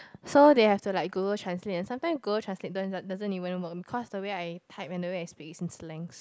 so they have to like Google translate and sometime Google translate don't doesn't even work because the way I type and the way I speak is in slangs